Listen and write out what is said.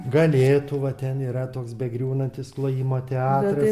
galėtų va ten yra toks begriūnantis klojimo teatras